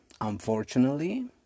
unfortunately